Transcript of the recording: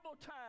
time